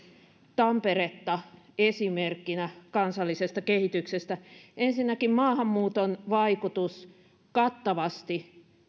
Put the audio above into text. tamperetta esimerkkinä kansallisesta kehityksestä ensinnäkin maahanmuuton vaikutus kattavasti